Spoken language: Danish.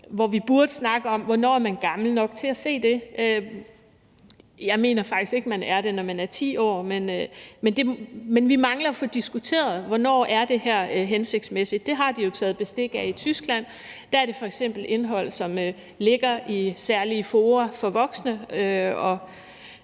hvor vi burde snakke om, hvornår man er gammel nok til at se det. Jeg mener faktisk ikke, at man er det, når man er 10 år. Men vi mangler at få diskuteret, hvornår det her er hensigtsmæssigt. Det har de jo taget bestik af i Tyskland; der er det f.eks. indhold, som ligger i særlige fora for voksne, og